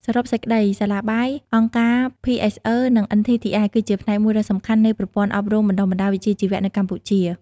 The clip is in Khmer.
សរុបសេចក្តី សាលាបាយ អង្គការភីអេសអឺ និង NTTI គឺជាផ្នែកមួយដ៏សំខាន់នៃប្រព័ន្ធអប់រំបណ្តុះបណ្តាលវិជ្ជាជីវៈនៅកម្ពុជា។